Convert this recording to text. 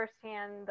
firsthand